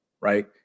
Right